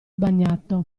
bagnato